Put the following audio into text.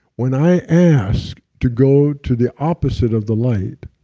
when i ask to go to the opposite of the light,